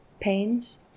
pains